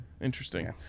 interesting